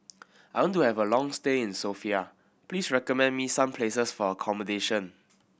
I want to have a long stay in Sofia please recommend me some places for accommodation